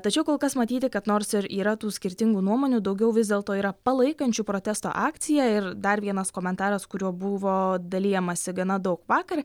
tačiau kol kas matyti kad nors ir yra tų skirtingų nuomonių daugiau vis dėlto yra palaikančių protesto akciją ir dar vienas komentaras kuriuo buvo dalijamasi gana daug vakar